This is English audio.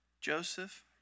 Joseph